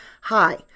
Hi